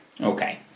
Okay